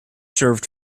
served